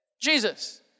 Jesus